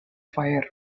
fire